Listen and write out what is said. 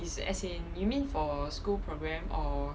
几时 as in you mean for school program or